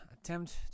attempt